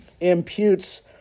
imputes